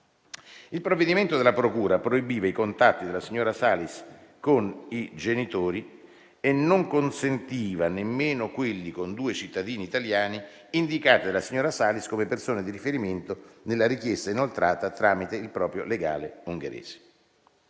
Il provvedimento della procura proibiva i contatti della signora Salis con i genitori e non consentiva nemmeno quelli con due cittadini italiani, indicati dalla signora Salis come persone di riferimento nella richiesta inoltrata tramite il proprio legale ungherese.